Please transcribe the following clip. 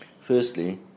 firstly